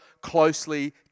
closely